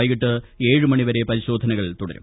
വൈകിട്ട് ഏഴു മണിവ്വരെ ്പരിശോധനകൾ തുടരും